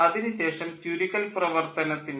അതിനു ശേഷം ചുരുക്കൽ പ്രവർത്തനത്തിൻ്റെ